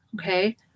okay